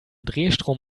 drehstrom